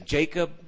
Jacob